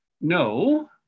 No